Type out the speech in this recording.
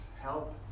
help